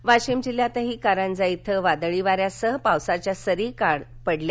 पाऊस वाशिम जिल्ह्यातील कारंजा इथं वादळी वाऱ्यासह पावसाच्या सरी काल पडल्या